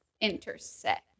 intersect